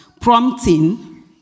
prompting